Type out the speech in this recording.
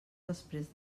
després